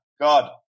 God